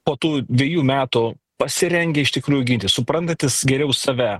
po tų dvejų metų pasirengę iš tikrųjų ginti suprantantys geriau save